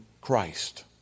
Christ